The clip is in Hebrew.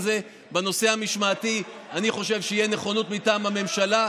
בנושא המשמעתי אני חושב שתהיה נכונות מטעם הממשלה.